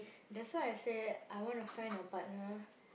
that's why I say I wanna find a partner